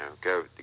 go